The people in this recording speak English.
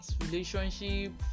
relationship